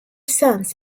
sons